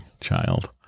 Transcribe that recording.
child